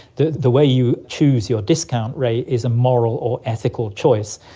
the the way you choose your discount rate is a moral or ethical choice.